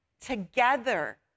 together